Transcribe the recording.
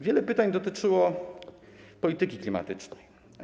Wiele pytań dotyczyło polityki klimatycznej.